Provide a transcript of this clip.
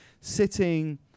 sitting